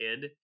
kid